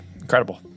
incredible